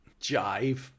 jive